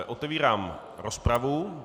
Otevírám rozpravu.